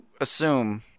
assume